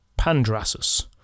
Pandrasus